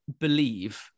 believe